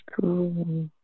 Cool